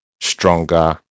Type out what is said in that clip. stronger